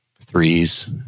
threes